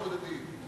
לא בודדים.